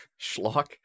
schlock